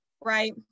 right